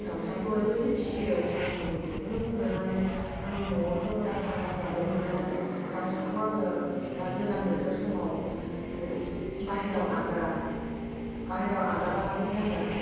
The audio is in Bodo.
दाउसाखौ ओरैबायदि फिसियो आं बेखौनो बुंगोन माने आंनि न'आवथ' दा थांबा दाबो नुगोन आरो दाउसाखौ आङो दा गोजां बोथोर समाव बाहेराव आगारा बाहेराव आगारालासे आङो